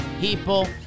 People